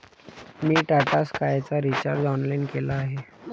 मी टाटा स्कायचा recharge online केला आहे